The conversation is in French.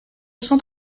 cent